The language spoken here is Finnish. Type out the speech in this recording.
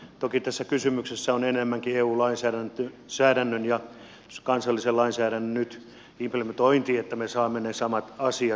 toki tässä kysymyksessä on nyt enemmänkin eu lainsäädännön ja kansallisen lainsäädännön implementointi että me saamme ne samat asiat samanlaisesti